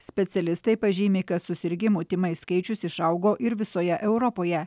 specialistai pažymi kad susirgimų tymais skaičius išaugo ir visoje europoje